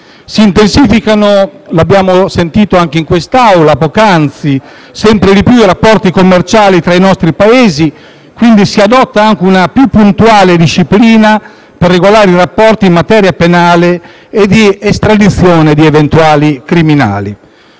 Si intensificano - l'abbiamo sentito anche in quest'Aula poc'anzi - sempre di più i rapporti commerciali tra i nostri Paesi; quindi si adotta anche una più puntuale disciplina per regolare i rapporti in materia penale e di estradizione di eventuali criminali.